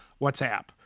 WhatsApp